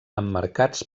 emmarcats